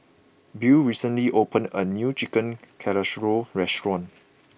Beau recently opened a new Chicken Casserole restaurant